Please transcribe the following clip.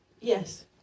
Yes